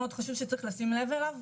צריך לשים לב לדבר חשוב,